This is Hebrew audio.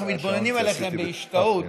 אנחנו מתבוננים עליכם בהשתאות,